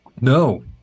No